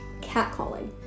catcalling